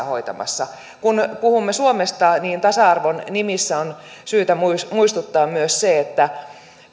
hoitamassa kun puhumme suomesta niin tasa arvon nimissä on syytä muistuttaa että